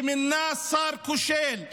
שמינה שר כושל,